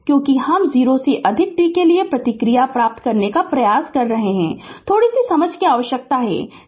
क्योंकि हम 0 से अधिक t के लिए प्रतिक्रिया प्राप्त करने का प्रयास कर रहे हैं थोड़ी सी समझ की आवश्यकता है